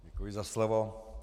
Děkuji za slovo.